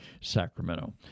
Sacramento